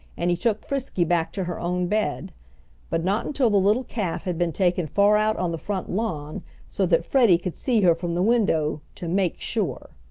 and he took frisky back to her own bed but not until the little calf had been taken far out on the front lawn so that freddie could see her from the window to make sure.